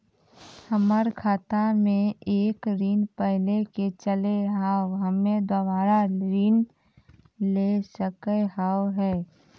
हमर खाता मे एक ऋण पहले के चले हाव हम्मे दोबारा ऋण ले सके हाव हे?